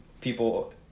people